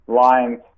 lines